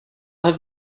have